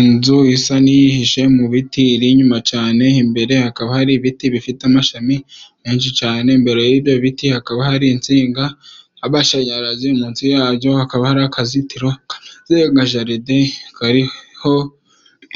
Inzu isa n'iyihishe mu biti iri inyuma cane. Imbere hakaba hari ibiti bifite amashami menshi cane. imbere y'ibyo biti hakaba hari insinga z'amashanyarazi. Munsi yazo hakaba hari akazitiro kameze nka jaride kariho